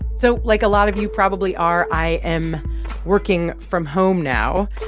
so like a lot of you probably are, i am working from home now.